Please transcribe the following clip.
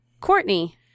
Courtney